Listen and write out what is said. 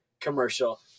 commercial